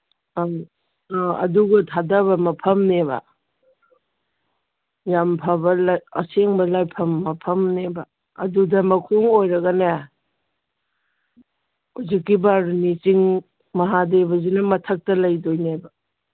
ꯑꯪ ꯑ ꯑꯗꯨꯒ ꯊꯥꯗꯕ ꯃꯐꯝꯅꯦꯕ ꯌꯥꯝ ꯐꯕ ꯑꯁꯦꯡꯕ ꯂꯥꯏꯐꯝ ꯃꯐꯝꯅꯦꯕ ꯑꯗꯨꯗ ꯃꯈꯣꯡ ꯑꯣꯏꯔꯒꯅꯦ ꯍꯧꯖꯤꯛꯀꯤ ꯕꯥꯔꯨꯅꯤ ꯆꯤꯡ ꯃꯍꯥꯗꯦꯕꯁꯤꯅ ꯃꯊꯛꯇ ꯂꯩꯗꯣꯏꯅꯦꯕ